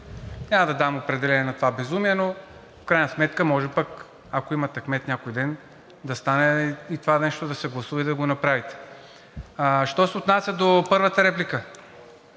Няма да давам определение на това безумие, но в крайна сметка може пък, ако имате кмет някой ден, да стане и това нещо да се гласува, и да го направите. А що се отнася до първата реплика.